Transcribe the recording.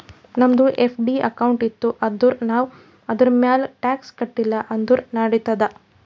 ನಮ್ದು FD account ಇತ್ತು ಅಂದುರ್ ನಾವ್ ಅದುರ್ಮ್ಯಾಲ್ ಟ್ಯಾಕ್ಸ್ ಕಟ್ಟಿಲ ಅಂದುರ್ ನಡಿತ್ತಾದ್